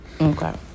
Okay